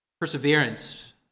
Perseverance